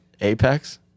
Apex